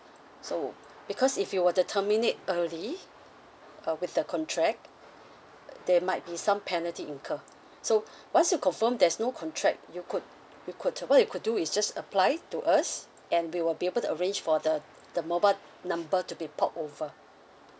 so because if you were to terminate early uh with the contract there might be some penalty incur so once you confirm there's no contract you could you could what you could do is just apply to us and we will be able to arrange for the the mobile number to be port over